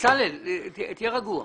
דיונים שאנחנו התחלנו אותם השבוע.